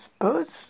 Birds